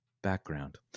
Background